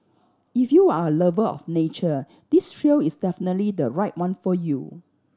if you're a lover of nature this trail is definitely the right one for you